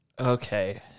Okay